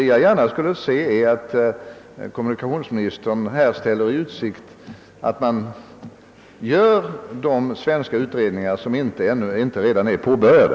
Jag skulle gärna se att kommunikationsministern ställde i utsikt att man sätter i gång med de svenska utredningar som inte redan är påbörjade.